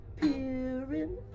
peering